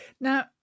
Now